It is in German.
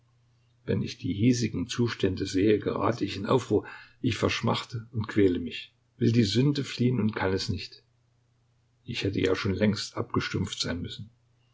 wenn ich die hiesigen zustände sehe gerate ich in aufruhr ich verschmachte und quäle mich will die sünde fliehen und kann es nicht ich hätte ja schon längst abgestumpft sein müssen